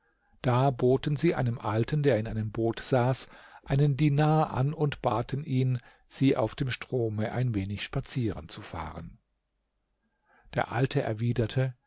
da boten sie einem alten der in einem boot saß einen dinar an und baten ihn sie auf dem strome ein wenig spazieren zu fahren der alte erwiderte